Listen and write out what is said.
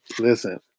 Listen